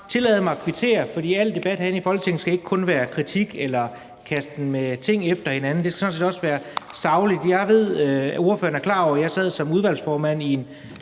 tillade mig at kvittere. For al debat herinde i Folketinget skal ikke kun være kritik eller kasten med ting efter hinanden. Det skal sådan set også være sagligt. Jeg ved, at ordføreren er klar over, at jeg sad som udvalgsformand i en